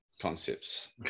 concepts